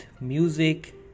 music